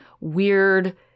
weird